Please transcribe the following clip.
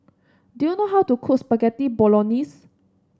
do you know how to cook Spaghetti Bolognese